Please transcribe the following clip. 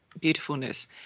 beautifulness